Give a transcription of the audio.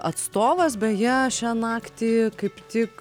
atstovas beje šią naktį kaip tik